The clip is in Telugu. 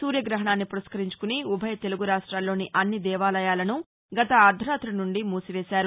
సూర్య గ్రహణాన్ని పురస్కరించుకుని ఉభయ తెలుగు రాష్ట్రాల్లోని అన్ని దేవాలయాలను గత అర్గరాతి నుండి మూసివేశారు